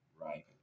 right